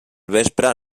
vespre